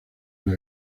una